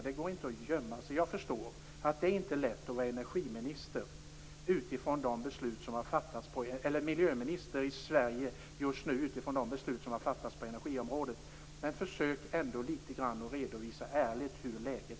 Det går inte att gömma sig. Jag förstår att det inte är lätt att vara miljöminister i Sverige just nu utifrån de beslut som har fattats på energiområdet, men försök ändå ärligt att redovisa läget!